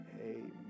Amen